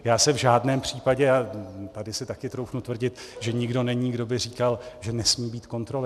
Já se v žádném případě a tady si taky troufnu tvrdit, že nikdo není, kdo by říkal, že nesmí být kontroly.